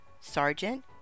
Sergeant